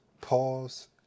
pause